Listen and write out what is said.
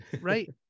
Right